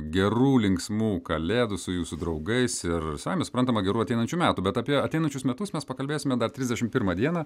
gerų linksmų kalėdų su jūsų draugais ir savaime suprantama gerų ateinančių metų bet apie ateinančius metus mes pakalbėsime dar trisdešim pirmą dieną